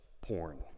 porn